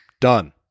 done